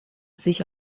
sich